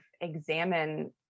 examine